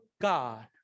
God